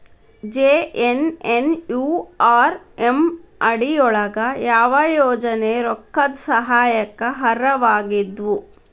JNNURM ಅಡಿ ಯೊಳಗ ಯಾವ ಯೋಜನೆ ರೊಕ್ಕದ್ ಸಹಾಯಕ್ಕ ಅರ್ಹವಾಗಿದ್ವು?